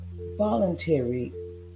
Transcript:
voluntary